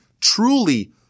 truly